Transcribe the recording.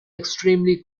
extremely